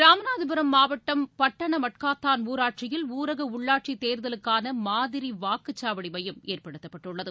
ராமநாதபுரம் மாவட்டம் பட்டணமட்காத்தான் ஊராட்சியில் ஊரக உள்ளாட்சி தேர்தலுக்கான மாதிரி வாக்குச்சாவடி மையம் ஏற்படுத்தப்பட்டுள்ளது